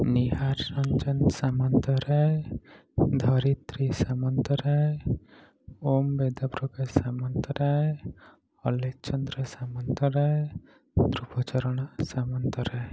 Nihar Ranjan Samantaray Dharitri Samantaray Om Vedprakash Samantaray Alekhchandra Samantaray Prabhucharan Samantaray